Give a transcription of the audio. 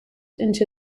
into